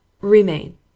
Remain